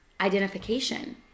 identification